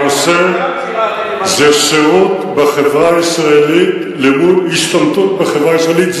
הנושא הוא שירות בחברה הישראלית מול השתמטות בחברה הישראלית.